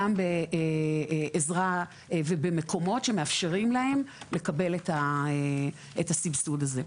גם בעזרה ובמקומות שמאפשרים להם לקבל את הסבסוד הזה,